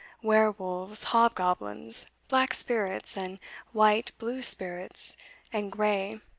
wer-wolves, hobgoblins, black spirits and white, blue spirits and grey,